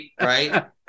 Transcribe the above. right